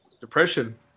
Depression